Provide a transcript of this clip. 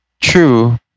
True